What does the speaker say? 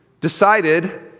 decided